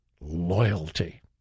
loyalty